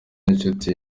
n’inshuti